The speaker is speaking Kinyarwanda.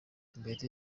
mbere